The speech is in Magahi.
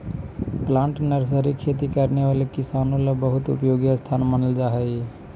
प्लांट नर्सरी खेती करने वाले किसानों ला बहुत उपयोगी स्थान मानल जा हई